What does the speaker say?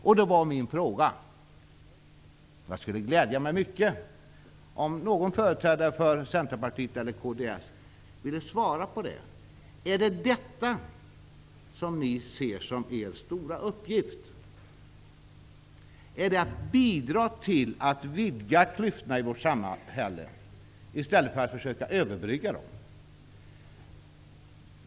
Min fråga är då -- det skulle glädja mig mycket om någon företrädare för Centerpartiet eller kds ville svara på den: Är det detta som ni ser som er stora uppgift -- att bidra till att vidga klyftorna i vårt samhälle i stället för att försöka överbrygga dem?